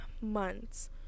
months